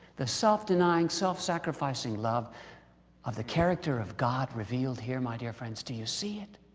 the self-denying, self-sacrificing love of the character of god revealed here, my dear friends? do you see it?